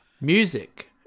music